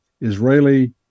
Israeli